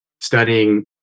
studying